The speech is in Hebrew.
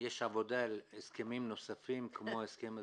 יש עבודה על הסכמים נוספים כמו ההסכם הזה?